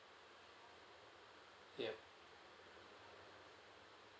ya